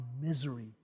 misery